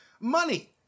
money